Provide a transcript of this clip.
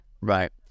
right